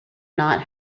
not